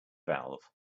valve